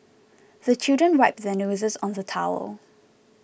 the children wipe their noses on the towel